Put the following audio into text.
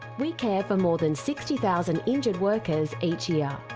we care for more than sixty thousand injured workers each year.